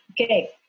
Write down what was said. Okay